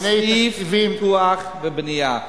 בענייני תקציבים, בסעיף פיתוח ובנייה.